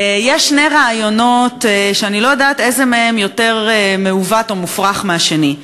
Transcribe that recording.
יש שני רעיונות שאני לא יודעת איזה מהם יותר מעוות או מופרך מהשני.